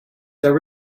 ever